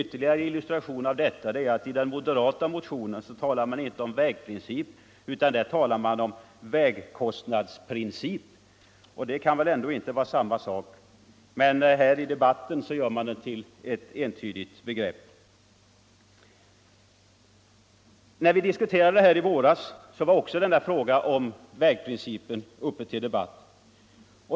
Ytterligare en illustration till detta är att det iden moderata motionen inte talas om vägprincipen utan om vägkostnadsprincipen — och det kan väl ändå inte vara samma sak. Men här i dag försöker man göra detta till ett entydigt begrepp. När vi diskuterade detta ärende i våras var frågan om vägprincipen också uppe till debatt.